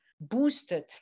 boosted